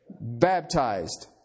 baptized